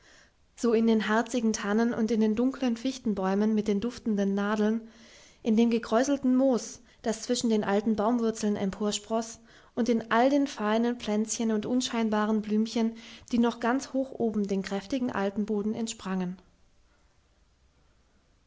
so in den harzigen tannen und in den dunklen fichtenbäumen mit den duftenden nadeln in dem gekräuselten moos das zwischen den alten baumwurzeln emporsproß und in all den feinen pflänzchen und unscheinbaren blümchen die noch ganz hoch oben dem kräftigen alpenboden entsprangen